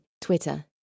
Twitter